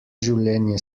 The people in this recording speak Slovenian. življenje